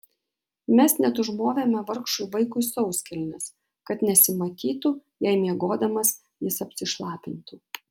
mes net užmovėme vargšui vaikui sauskelnes kad nesimatytų jei miegodamas jis apsišlapintų